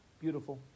Beautiful